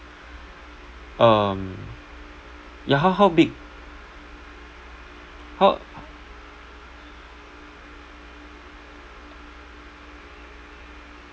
um ya how how big how